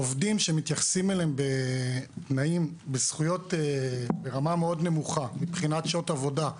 עובדים שמתייחסים אליהם בזכויות ברמה נמוכה מאוד מבחינת שעות עבודה,